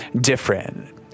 different